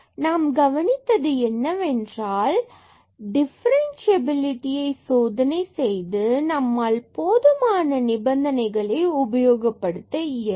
நாம் கவனித்தது என்னவென்றால் என்னவென்றால் டிஃபரன்ஸ்சியபிலிடியை சோதனை செய்து நம்மால் போதுமான நிபந்தனைகளை உபயோகப்படுத்த இயலும்